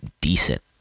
decent